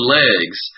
legs